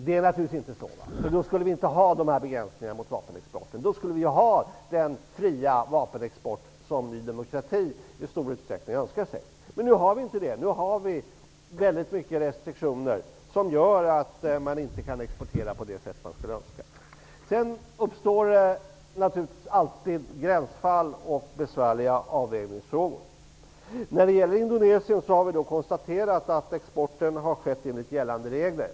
Det är naturligtvis inte så, för då skulle vi inte ha begränsningar för vapenexport. Då skulle vi ha den fria vapenexport som Ny demokrati i stor utsträckning önskar sig. Nu har vi inte det. Vi har väldigt många restriktioner som gör att man inte kan exportera på det sätt man skulle önska. Det uppstår naturligtvis alltid gränsfall och besvärliga avvägningsfrågor. Vi har konstaterat att exporten till Indonesien har skett enligt gällande regler.